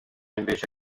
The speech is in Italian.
invece